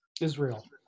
Israel